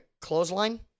clothesline